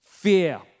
Fear